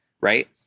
right